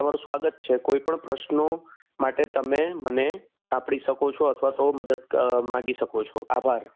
તમારું સ્વાગત છે કોઈ પણ પ્રશ્નો માટે તમે મને આપણી શકો છો અથવા તો મદદ માગી શકો છો આભાર